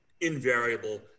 invariable